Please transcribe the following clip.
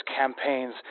campaigns